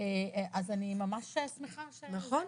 אז אני ממש שמחה --- נכון.